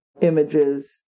images